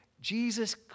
Jesus